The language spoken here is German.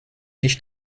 nicht